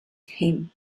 him